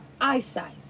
eyesight